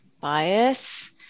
bias